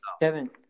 Kevin